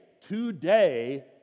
today